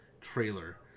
trailer